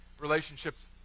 relationships